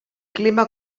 clima